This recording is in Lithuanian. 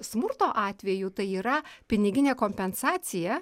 smurto atveju tai yra piniginė kompensacija